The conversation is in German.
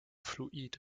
fluid